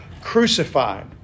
crucified